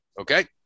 Okay